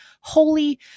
holy